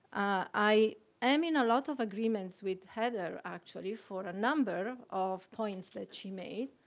i am in a lot of agreements with heather actually for a number of points that she made.